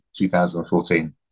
2014